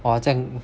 !wah! 这样